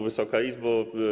Wysoka Izbo!